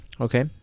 Okay